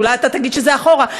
אולי אתה תגיד שזה אחורה,